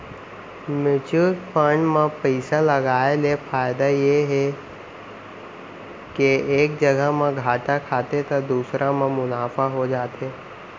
mutual fund म पइसा लगाय ले फायदा ये हे के एक जघा म घाटा खाथे त दूसर म मुनाफा हो जाथे